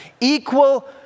Equal